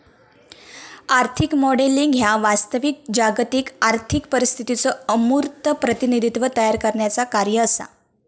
आर्थिक मॉडेलिंग ह्या वास्तविक जागतिक आर्थिक परिस्थितीचो अमूर्त प्रतिनिधित्व तयार करण्याचा कार्य असा